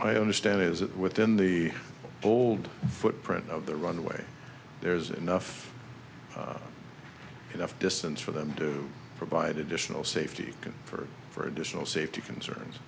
i understand is that within the old footprint of the runway there's enough enough distance for them to provide additional safety for for additional safety concerns